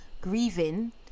grieving